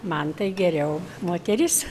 man tai geriau moteris